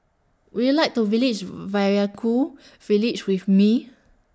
Would YOU like to Village Vaiaku Village with Me